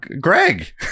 Greg